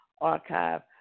archive